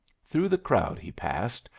through the crowd he passed,